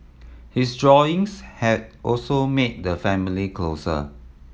his drawings have also made the family closer